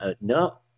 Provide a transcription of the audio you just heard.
no